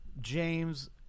James